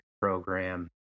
program